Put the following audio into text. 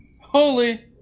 Holy